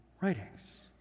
writings